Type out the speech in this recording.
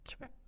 Sure